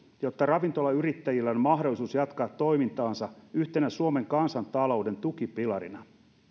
jotta ravintolayrittäjillä on mahdollisuus jatkaa toimintaansa yhtenä suomen kansantalouden tukipilarina myös